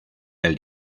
del